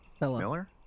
Miller